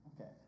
Okay